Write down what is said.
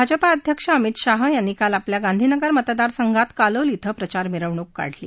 भाजपा अध्यक्ष अमित शहा यांनी काल आपल्या गांधीनगर मतदारसंघात कालोल विं प्रचार मिरवणूक काढली